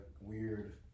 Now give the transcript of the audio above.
weird